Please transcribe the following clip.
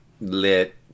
lit